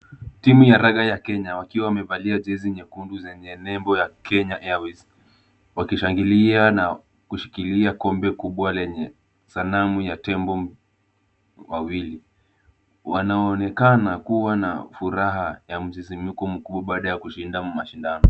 Timu ya raga ya Kenya wakiwa wamevalia jezi nyekundu zenye nembo ya Kenya Airways wakishangilia na kushikilia kombe kubwa lenye sanamu ya tembo wawili. Wanaonekana kuwa na furaha ya msisimko mkubwa baada ya kushinda mashindano.